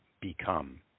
become